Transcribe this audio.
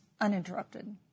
uninterrupted